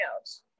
else